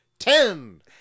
Ten